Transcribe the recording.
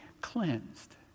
cleansed